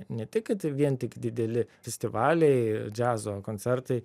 ne tik kad vien tik dideli festivaliai džiazo koncertai